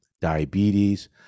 diabetes